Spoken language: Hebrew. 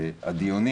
הדיונים.